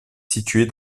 située